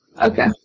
Okay